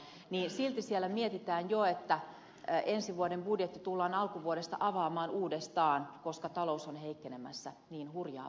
silti kunnissa mietitään jo että ensi vuoden budjetti tullaan alkuvuodesta avaamaan uudestaan koska talous on heikkenemässä niin hurjaa vauhtia